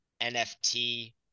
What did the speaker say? NFT